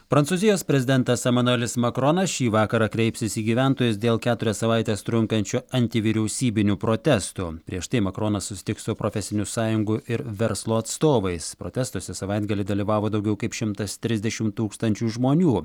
prancūzijos prezidentas emanuelis makronas šį vakarą kreipsis į gyventojus dėl keturias savaites trunkančių antivyriausybinių protestų prieš tai makronas susitiks su profesinių sąjungų ir verslo atstovais protestuose savaitgalį dalyvavo daugiau kaip šimtas trisdešimt tūkstančių žmonių